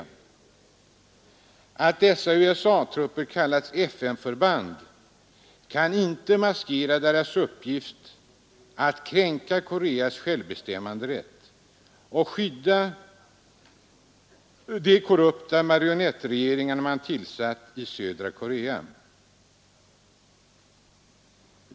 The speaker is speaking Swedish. Nr 133 Att dessa USA-trupper kallas FN-förband kan inte maskera deras uppgift Onsdagen den att kränka Koreas självbestämmanderätt och skydda de korrupta mario 14 november 1973 nettregimer man tillsatt i södra Korea.